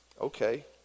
Okay